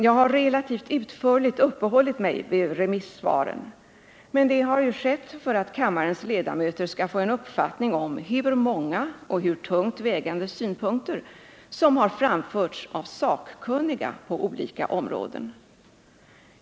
Jag har relativt utförligt uppehållit mig vid remissvaren, men det har skett för att kammarens ledamöter skulle få en uppfattning om hur många och hur tungt vägande synpunkter som har framförts av sakkunniga på olika områden.